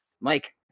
Mike